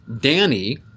Danny